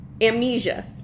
amnesia